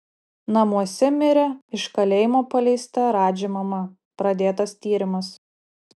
namuose mirė iš kalėjimo paleista radži mama pradėtas tyrimas